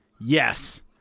yes